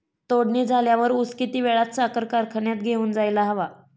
तोडणी झाल्यावर ऊस किती वेळात साखर कारखान्यात घेऊन जायला हवा?